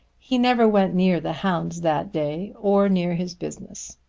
he never went near the hounds that day or near his business.